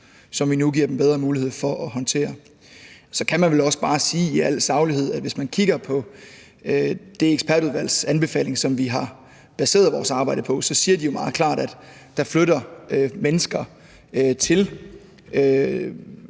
som vi nu giver dem bedre mulighed for at håndtere. Så kan man vel også bare sige i al saglighed, at hvis man kigger på det ekspertudvalgs anbefaling, som vi har baseret vores arbejde på, så siger de meget klart, at der flytter mennesker til